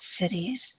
cities